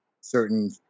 certain